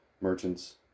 merchants